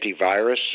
antivirus